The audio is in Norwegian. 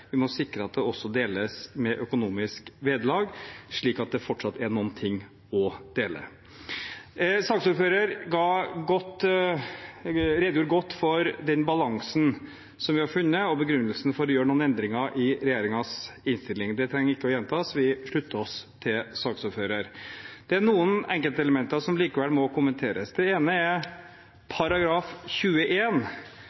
vi må sikre at det også deles med økonomisk vederlag, slik at det fortsatt er noen ting å dele. Saksordføreren redegjorde godt for den balansen som vi har funnet, og begrunnelsen for å gjøre noen endringer i regjeringens innstilling. Det trenger vi ikke å gjenta, vi slutter oss til saksordføreren. Det er noen enkeltelementer som likevel må kommenteres. Det ene er